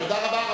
תודה רבה.